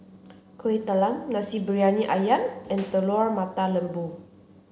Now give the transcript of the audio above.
Kuih Talam Nasi Briyani Ayam and Telur Mata Lembu